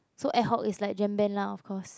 so ad hoc is like jam band lah of course